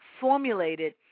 formulated